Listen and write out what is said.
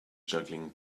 juggling